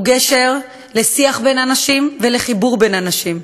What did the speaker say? הוא גשר לשיח בין אנשים ולחיבור בין אנשים,